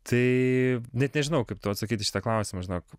tai net nežinau kaip tau atsakyt į šitą klausimą žinok